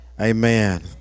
amen